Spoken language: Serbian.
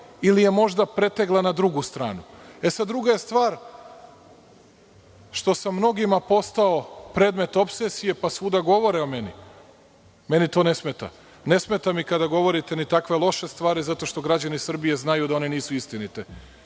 ili je možda pretegla na drugu stranu. Druga je stvar što sam mnogima postao predmet opsesije, pa svuda govore o meni. Meni tone smeta. Ne smeta mi ni kada govorite takve loše stvari zato što građani Srbije znaju da one nisu istinite